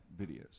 videos